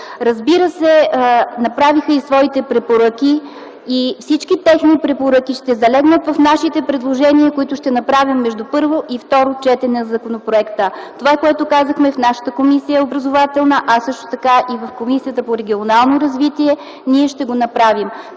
Разбира се, направиха и своите препоръки. Всички техни препоръки ще залегнат в нашите предложения, които ще направим между първо и второ четене на законопроекта. Това, което казахме в нашата комисия – Образователната, а също така и в Комисията по регионално развитие, ние ще го направим.